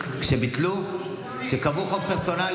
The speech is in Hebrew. הוא לא חובש כיפה, דרך אגב,